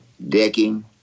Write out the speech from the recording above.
decking